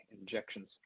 injections